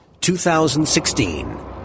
2016